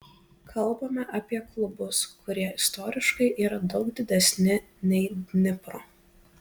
kalbame apie klubus kurie istoriškai yra daug didesni nei dnipro